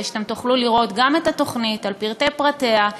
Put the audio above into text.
שתוכלו לראות את התוכנית על פרטי פרטיה,